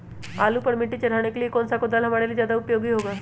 आलू पर मिट्टी चढ़ाने के लिए कौन सा कुदाल हमारे लिए ज्यादा उपयोगी होगा?